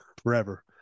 forever